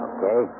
Okay